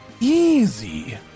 easy